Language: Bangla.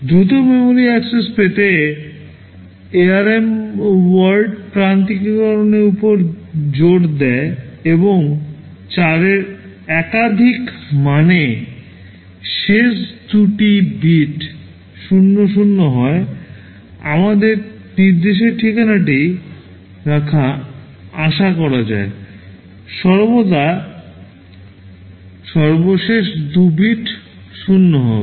দ্রুত মেমরি অ্যাক্সেস পেতে ARM WORD alignmentর উপর জোর দেয় এবং 4 এর একাধিক মানে শেষ দুটি bit 00 হয় আমাদের নির্দেশের ঠিকানাটি রাখা আশা করা যায় সর্বদা সর্বশেষ 2 bit 0 হবে